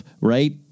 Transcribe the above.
Right